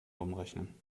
umrechnen